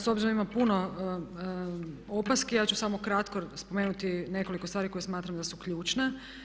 S obzirom da ima puno opaski, ja ću samo kratko spomenuti nekoliko stvari koje smatram da su ključne.